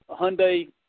Hyundai